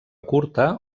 curta